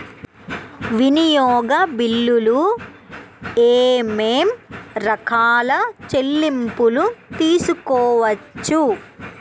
వినియోగ బిల్లులు ఏమేం రకాల చెల్లింపులు తీసుకోవచ్చు?